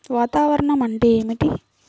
వాతావరణం అంటే ఏమిటి?